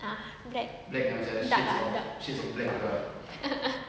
ah black dark dark